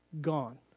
gone